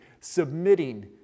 submitting